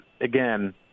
Again